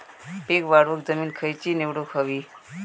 पीक वाढवूक जमीन खैची निवडुक हवी?